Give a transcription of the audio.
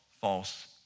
false